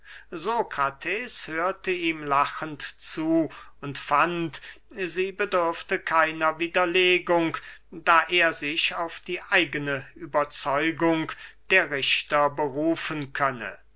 sokrates hörte ihm lachend zu und fand sie bedürften keiner widerlegung da er sich auf die eigene überzeugung der richter berufen könne